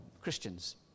Christians